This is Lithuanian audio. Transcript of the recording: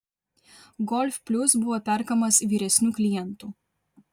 golf plius buvo perkamas vyresnių klientų